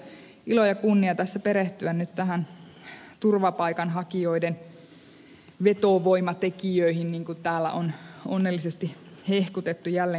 on ollut itsellä ilo ja kunnia tässä perehtyä nyt näihin turvapaikanhakijoiden vetovoimatekijöihin niin kuin täällä on onnellisesti hehkutettu jälleen kerran